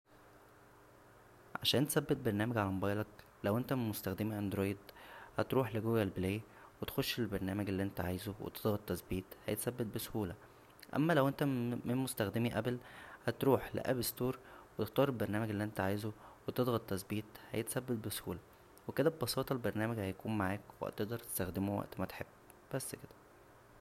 عشان تثبت برنامج على موبايلك لو انت من مستخدمى اندرويد هتروح ل جوجل بلاى و تخش البرنامج اللى انت عايزه وتضغط تثبيت هيتثبت بسهوله اما لو انت من مستخدمى ابل هتروح ل اب ستور وتختار البرنامج اللى انت عايزه وتضغط تثبيت هيتثبت بسهوله وكدا ببساطه البرنامج هيكون معاك وهتقدر تستخدمه وقت ما تحب بس كدا